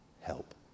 help